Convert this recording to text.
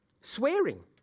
Swearing